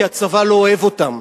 כי הצבא לא אוהב אותן,